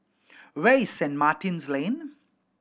where is Saint Martin's Lane